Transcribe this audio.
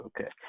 Okay